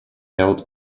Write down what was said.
held